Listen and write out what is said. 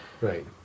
Right